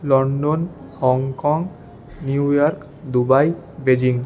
London Hong Kong New York Dubai Beijing